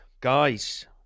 Guys